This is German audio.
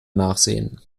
nachsehen